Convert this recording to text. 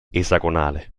esagonale